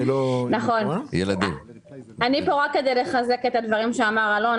אני כאן כדי לחזק את הדברים שאמר אלון.